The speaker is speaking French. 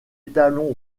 étalon